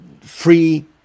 free